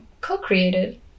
co-created